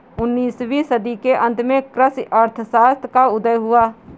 उन्नीस वीं सदी के अंत में कृषि अर्थशास्त्र का उदय हुआ